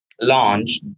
launch